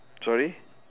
sorry